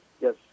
yes